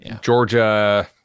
Georgia